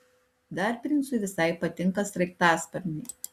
dar princui visai patinka sraigtasparniai